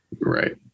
Right